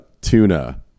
tuna